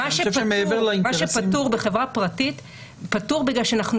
אני חושב שמעבר לאינטרסים --- מה שפטור בחברה פרטית פטור בגלל שאנחנו